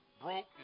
broke